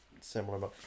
similar